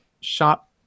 Shop